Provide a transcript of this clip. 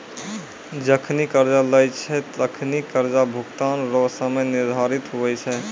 जखनि कर्जा लेय छै तखनि कर्जा भुगतान रो समय निर्धारित हुवै छै